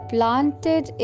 Planted